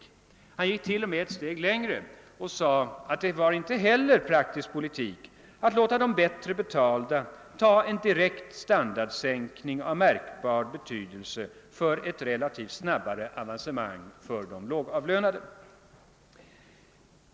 Ja, han gick t.o.m. ett steg längre och sade, att det inte heller var praktisk politik att låta de bättre betalda ta en direkt standardsänkning av märkbar betydelse för ett relativt snabbare avancemang för de lågavlönade.